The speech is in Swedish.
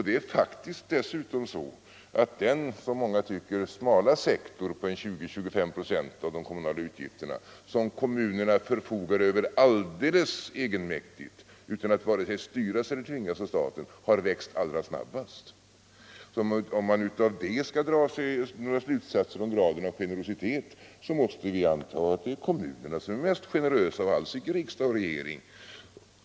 Den, som många tycker, smala sektor på 20-25 procent av de kommunala utgifterna som kommunerna förfogar över alldeles egenmäktigt utan att vare sig styras eller tvingas av staten har faktiskt växt allra snabbast. Om man härav skall dra några slutsatser om graden av generositet, måste man anta att kommunerna är mest generösa och alls inte riksdag och regering.